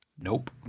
Nope